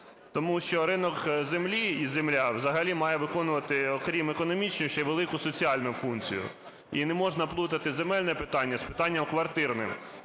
Тому що ринок землі і земля взагалі має виконувати окрім економічної ще й велику соціальну функцію. І не можна плутати земельне питання з питанням квартирним.